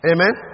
Amen